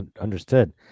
Understood